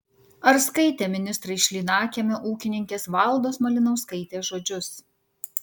ar skaitė ministrai šlynakiemio ūkininkės valdos malinauskaitės žodžius